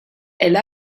elle